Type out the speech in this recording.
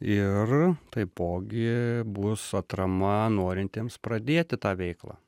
ir taipogi bus atrama norintiems pradėti tą veiklą